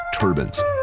turbans